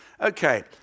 Okay